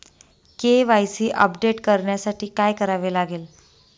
KYC update करण्यासाठी काय करावे लागेल?